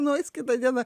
nueis kitą dieną